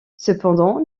cependant